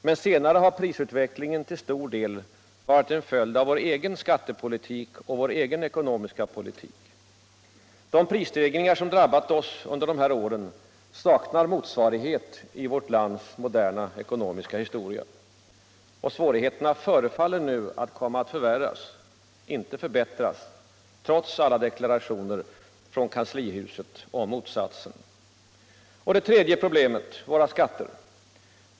Men senare har prisutvecklingen till stor del varit en följd av vår egen skattepolitik och vår egen ekonomiska politik. De prisstegringar som drabbat oss under dessa år saknar motsvarighet i vårt lands moderna ekonomiska historia. Och svårigheterna förefaller nu komma att förvärras — inte avhjälpas —- trots alla deklarationer från kanslihuset om motsatsen. Det tredje problemet är våra skatter.